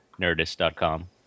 nerdist.com